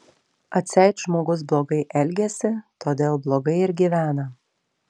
atseit žmogus blogai elgiasi todėl blogai ir gyvena